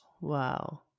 Wow